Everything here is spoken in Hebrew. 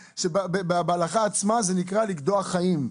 שבהלכה עצמה נקראת לגדוע חיים.